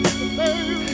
baby